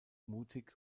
mutig